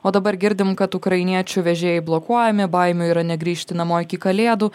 o dabar girdim kad ukrainiečių vežėjai blokuojami baimių yra negrįžti namo iki kalėdų